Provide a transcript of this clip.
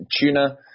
tuna